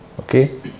okay